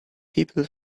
people